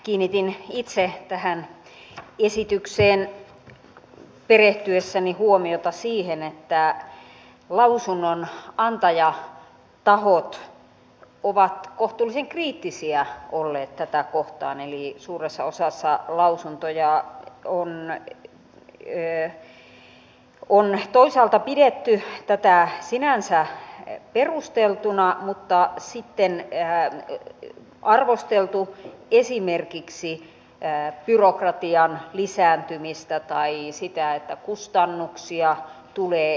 kiinnitin itse tähän esitykseen perehtyessäni huomiota siihen että lausunnonantajatahot ovat kohtuullisen kriittisiä olleet tätä kohtaan eli suuressa osassa lausuntoja on toisaalta pidetty tätä sinänsä perusteltuna mutta sitten arvosteltu esimerkiksi byrokratian lisääntymistä tai sitä että kustannuksia tulee lisää